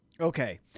Okay